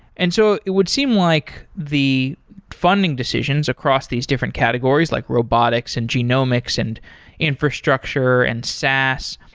and so it would seem like the funding decisions across these different categories, like robotics, and genomics, and infrastructure, and saas.